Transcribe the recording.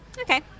Okay